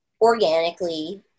organically